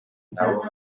nabo